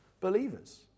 believers